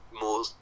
more